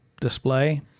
display